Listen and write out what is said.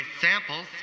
samples